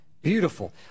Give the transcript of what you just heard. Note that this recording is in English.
Beautiful